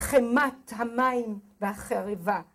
‫חמת המים והחריבה.